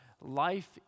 Life